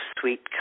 sweet